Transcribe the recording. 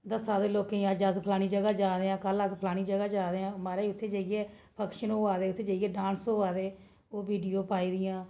दस्सा दे लोकें गी फलानी जगहा जादेआं कल अस फलानी जगहा जादेआं माराज उत्थै जाइयै फंक्शन होआ दे उत्थै जाहियै डांस होआ दे ओह् बीडियो पाई दियां फेसबुक